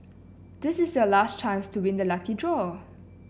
this is your last chance to win the lucky draw